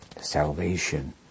salvation